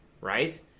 right